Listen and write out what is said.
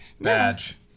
badge